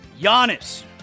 Giannis